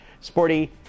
sporty